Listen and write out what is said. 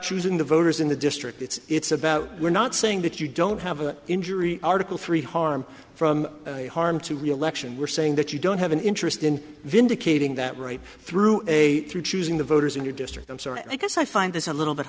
choosing the voters in the district it's about we're not saying that you don't have an injury article three harm from harm to reelection we're saying that you don't have an interest in vindicating that right through a through choosing the voters in your district i'm sorry because i find this a little bit